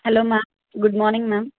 hello ma'am good morning ma'am